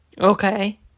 Okay